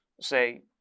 say